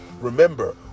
Remember